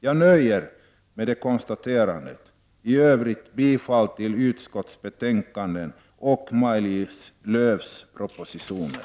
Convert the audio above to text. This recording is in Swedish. Jag nöjer mig med det konstaterandet. I övrigt vill jag yrka bifall till utskottets hemställan i betänkandet och till Maj-Lis Lööws propositioner.